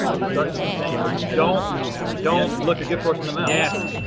it starts with the same don't don't look a gift horse in the mouth. yes!